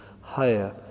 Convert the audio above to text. higher